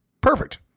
Perfect